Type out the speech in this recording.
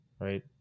right